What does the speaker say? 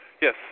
Yes